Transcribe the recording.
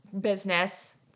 business